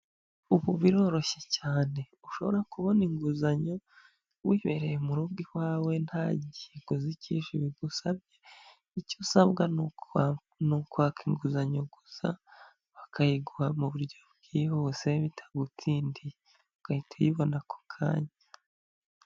Ubu biroroshye cyane ushobora kubona inguzanyo wibereye mu rugo iwawe nta kiguzikisha bigusabye. Icyo usabwa ni ukwaka inguzanyo gusa bakayiguha mu buryo bwihuse bitagutindiye ugahita uyibona ako kanya.